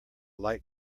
light